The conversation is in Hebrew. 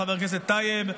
חבר הכנסת טייב,